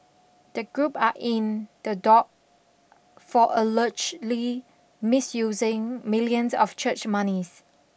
the group are in the dock for allegedly misusing millions of church monies